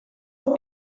have